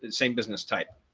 and same business type,